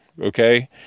okay